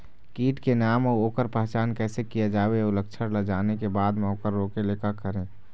कीट के नाम अउ ओकर पहचान कैसे किया जावे अउ लक्षण ला जाने के बाद मा ओकर रोके ले का करें?